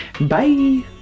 Bye